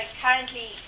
currently